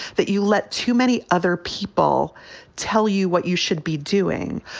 that you let too many other people tell you what you should be doing.